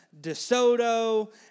DeSoto